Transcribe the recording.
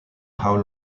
how